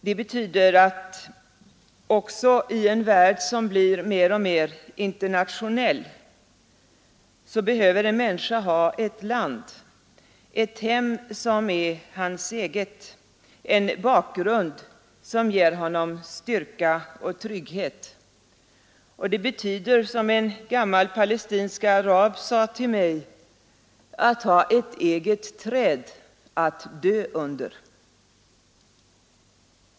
Det betyder att också i en värld som blir mer och mer internationell behöver en människa ha ett land, ett hem som är hennes eget, en bakgrund som ger henne styrka och trygghet. Det betyder, som en gammal palestinsk arab sade till mig, att ha ett eget träd att dö under.